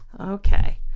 Okay